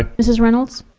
ah mrs. reynolds.